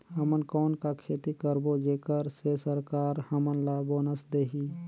हमन कौन का खेती करबो जेकर से सरकार हमन ला बोनस देही?